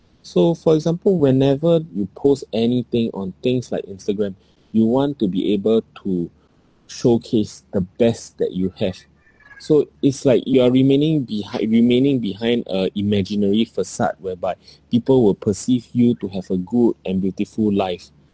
so for example whenever you post anything on things like Instagram you want to be able to showcase the best that you have so it's like you are remaining behind remaining behind a imaginary facade whereby people will perceive you to have a good and beautiful life